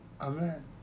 Amen